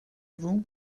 vous